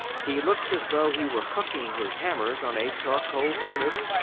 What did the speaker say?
he looks as though he were cooking his hammers on a charcoal furnace,